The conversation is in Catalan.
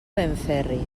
benferri